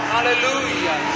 Hallelujah